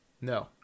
No